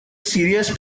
serious